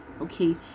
Okay